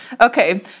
Okay